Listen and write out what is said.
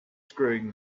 screwing